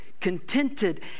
Contented